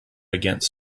against